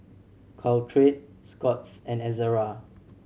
Caltrate Scott's and Ezerra